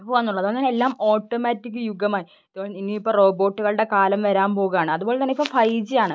പോകാന്നുള്ളത് അങ്ങനെ എല്ലാം ഓട്ടോമാറ്റിക്ക് യുഗമായി ഇനി ഇപ്പം റോബോട്ടുകളുടെ കാലം വരാൻ പോകാണ് അതുപോലെ തന്നെ ഇപ്പം ഫൈ ജിയാണ്